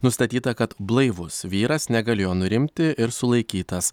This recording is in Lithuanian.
nustatyta kad blaivus vyras negalėjo nurimti ir sulaikytas